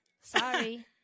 Sorry